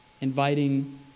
inviting